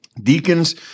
Deacons